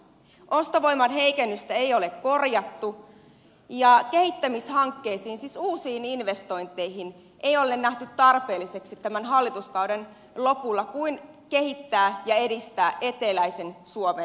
ostovoiman heikennystä ei ole korjattu ja kehittämishankkeina siis uusina investointeina ei ole nähty tarpeelliseksi tämän hallituskauden lopulla kuin kehittää ja edistää eteläisen suomen hankkeita